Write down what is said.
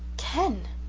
ken,